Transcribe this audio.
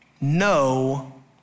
no